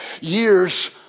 years